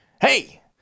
Hey